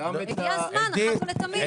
הגיע הזמן, אחת ולתמיד.